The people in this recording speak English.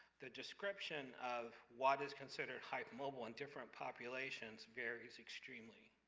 the description of what is considered hypermobile in different populations varies extremely,